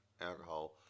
alcohol